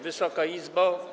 Wysoka Izbo!